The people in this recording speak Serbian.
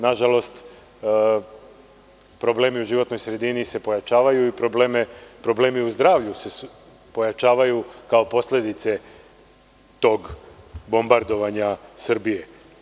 Nažalost, problemi u životnoj sredini se pojačavaju i problemi u zdravlju se pojačavaju, kao posledice tog bombardovanja Srbije.